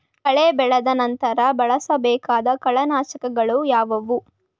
ಕಳೆ ಬೆಳೆದ ನಂತರ ಬಳಸಬೇಕಾದ ಕಳೆನಾಶಕಗಳು ಯಾವುವು?